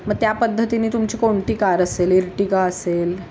मग त्या पद्धतीने तुमची कोणती कार असेल एर्टिगा असेल